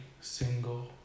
single